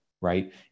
right